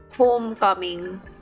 Homecoming